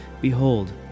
Behold